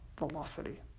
Velocity